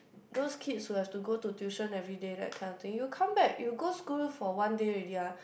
those kids who have to go to tuition everyday that kind of thing you come back you go school for one day already ah